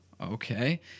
okay